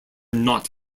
not